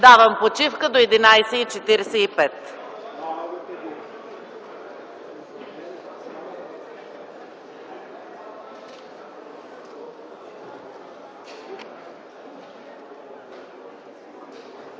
Давам почивка до 11,45